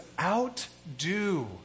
outdo